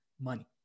money